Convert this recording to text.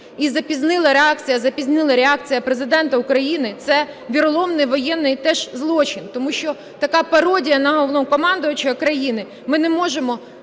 запізніла реакція Президента України – це віроломний воєнний теж злочин. Тому що така пародія на Головнокомандувача країни… Ми не можемо…